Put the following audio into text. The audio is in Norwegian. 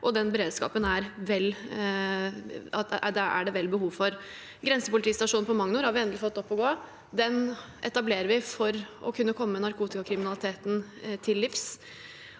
Den beredskapen er det vel behov for. Grensepolitistasjonen på Magnor har vi endelig fått opp å gå. Den etablerte vi for å kunne komme narkotikakriminaliteten til livs.